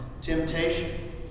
temptation